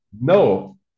no